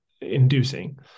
inducing